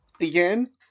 Again